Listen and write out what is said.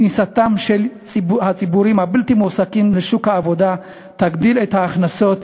כניסתם של הציבורים הבלתי-מועסקים לשוק העבודה תגדיל את הכנסות